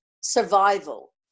survival